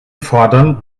fordern